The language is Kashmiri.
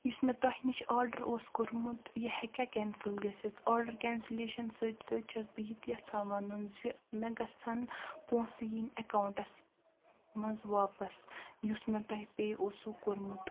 یُس مےٚ تۄہہِ نِش آڈر اوس کوٚرمُت یہِ ہٮ۪کیا کینسل گٔژھِتھ آڈر کینسلیشن سۭتۍ سۭتۍ چھس بہٕ یتہِ یژھان ونُن زِ مےٚ گژھن پۄنٛسہٕ یِنۍ اکاونٹس منٛز واپس یُس مےٚ تۄہہِ پے اوسُو کوٚرمُت